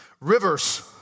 Rivers